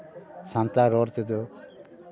ᱥᱟᱱᱛᱟᱲ ᱨᱚᱲ ᱛᱮᱫᱚ